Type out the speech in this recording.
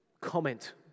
comment